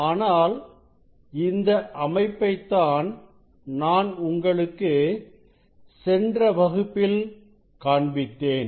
ஆனால் இந்த அமைப்பைத் தான் நான் உங்களுக்கு சென்ற வகுப்பில் காண்பித்தேன்